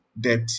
debt